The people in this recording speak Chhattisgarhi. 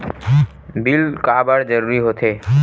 बिल काबर जरूरी होथे?